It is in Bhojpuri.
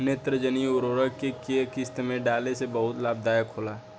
नेत्रजनीय उर्वरक के केय किस्त में डाले से बहुत लाभदायक होला?